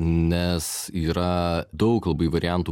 nes yra daug labai variantų